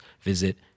visit